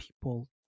people